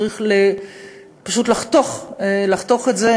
צריך פשוט לחתוך את זה.